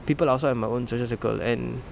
people outside my own social circle and